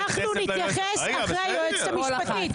אנחנו נתייחס אחרי היועצת המשפטית.